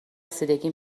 رسیدگی